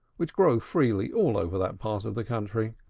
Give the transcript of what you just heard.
which grow freely all over that part of the country.